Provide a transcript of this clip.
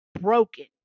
broken